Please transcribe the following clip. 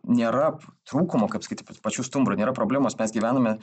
nėra trūkumo kaip sakyt pačių stumbrų nėra problemos mes gyvename